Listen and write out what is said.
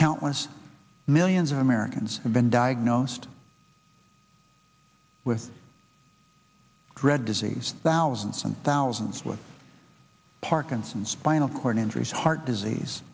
countless millions of americans have been diagnosed with dread disease these thousands and thousands with parkinson's spinal cord injuries heart disease